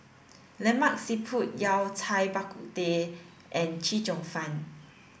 Lemak Siput Yao Cai Bak Kut Teh and Chee Cheong Fun